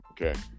Okay